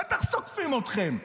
בטח שתוקפים אתכם.